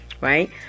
right